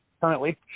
currently